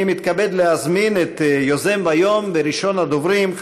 אני מתכבד להזמין את יוזם היום וראשון הדוברים,